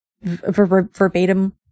verbatim